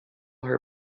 her